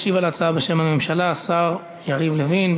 ישיב על ההצעה בשם הממשלה השר יריב לוין,